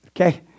Okay